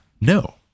No